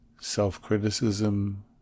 self-criticism